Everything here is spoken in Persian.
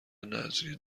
نذریه